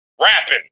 rapping